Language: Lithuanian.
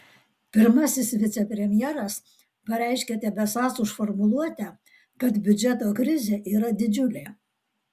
pirmasis vicepremjeras pareiškė tebesąs už formuluotę kad biudžeto krizė yra didžiulė